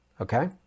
okay